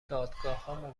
دادگاهها